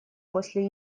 после